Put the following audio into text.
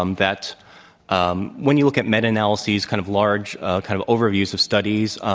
um that um when you look at meta analyses, kind of large kind of overviews of studies,